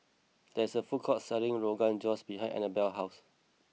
there is a food court selling Rogan Josh behind Anabelle's house